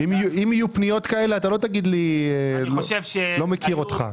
אם יהיו פניות כאלה לא תגיד לי "אני לא מכיר אותך".